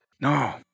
No